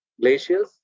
glaciers